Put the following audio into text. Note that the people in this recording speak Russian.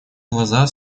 глаза